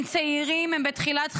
הם צעירים, הם בתחילת חייהם.